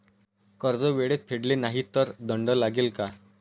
कर्ज वेळेत फेडले नाही तर दंड लागेल का?